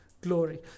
glory